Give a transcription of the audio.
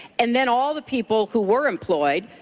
and then all the people who were employed,